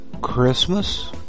Christmas